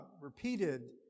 repeated